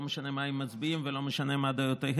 לא משנה מה הם מצביעים ולא משנה מה דעותיהם,